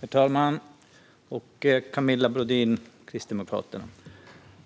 Herr talman! Camilla Brodin från Kristdemokraterna!